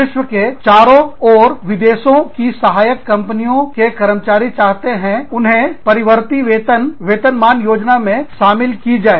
विश्व के चारों और विदेशों की सहायक कंपनियों के कर्मचारी चाहते हैं उन्हें परिवर्ती वेतन मान योजना में शामिल की जाए